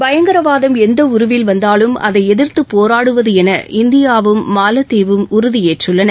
பயங்கரவாதம் எந்த உருவில் வந்தாலும் அதை எதிர்த்துப் போராடுவது என இந்தியாவும் மாலத்தீவும் உறுதி ஏற்றுள்ளன